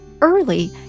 early